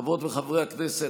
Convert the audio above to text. חברות וחברי הכנסת,